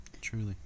Truly